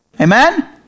Amen